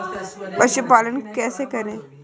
पशुपालन कैसे करें?